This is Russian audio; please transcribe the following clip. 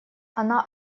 она